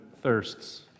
thirsts